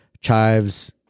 Chives